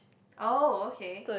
orh okay